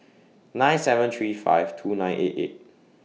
nine seven three five two nine eight eight